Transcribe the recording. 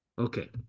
Okay